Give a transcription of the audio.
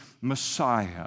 Messiah